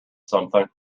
something